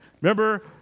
Remember